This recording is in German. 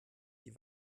die